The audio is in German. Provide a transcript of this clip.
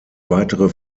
weitere